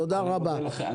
תודה רבה.